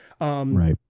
Right